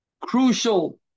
crucial